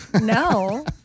No